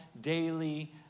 daily